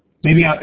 maybe on,